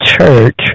church